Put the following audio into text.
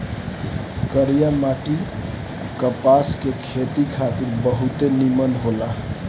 करिया माटी कपास के खेती खातिर बहुते निमन होला